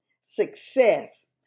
success